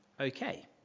okay